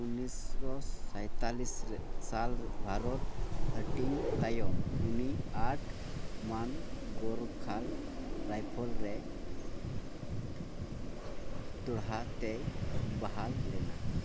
ᱩᱱᱤᱥᱥᱚ ᱥᱟᱸᱭᱛᱟᱞᱞᱤᱥ ᱥᱟᱞ ᱵᱷᱟᱨᱚᱛ ᱦᱟᱹᱴᱤᱧ ᱛᱟᱭᱚᱢ ᱩᱱᱤ ᱟᱴ ᱢᱟᱱᱛᱷ ᱜᱳᱨᱠᱷᱟᱞ ᱨᱟᱭᱯᱷᱮᱞ ᱨᱮ ᱫᱚᱦᱲᱟ ᱛᱮᱭ ᱵᱟᱦᱟᱞ ᱞᱮᱱᱟ